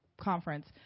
conference